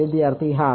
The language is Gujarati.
વિદ્યાર્થી હા